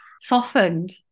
softened